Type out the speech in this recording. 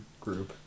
group